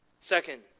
Second